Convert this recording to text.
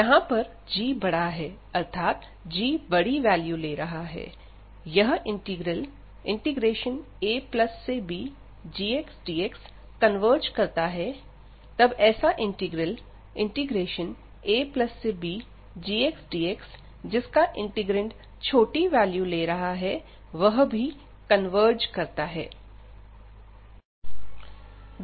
यहां पर g बड़ा है अर्थात g बड़ी वैल्यू ले रहा है यह इंटीग्रल abgxdx कन्वर्ज करता है तब ऐसा इंटीग्रल abgxdx जिसका इंटीग्रैंड छोटी वैल्यू ले रहा है वह भी कन्वर्ज करता है